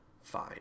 fine